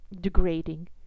degrading